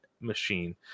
machine